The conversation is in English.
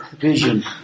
vision